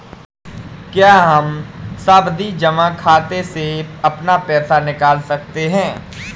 क्या हम सावधि जमा खाते से अपना पैसा निकाल सकते हैं?